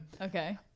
Okay